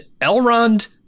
Elrond